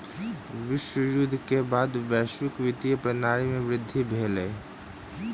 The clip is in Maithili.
विश्व युद्ध के बाद वैश्विक वित्तीय प्रणाली में वृद्धि भेल